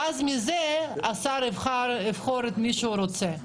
ואז מזה השר יבחר את מי שהוא רוצה.